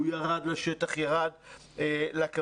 הוא ירד לשטח, הוא ירד לקווים.